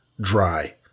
dry